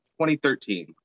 2013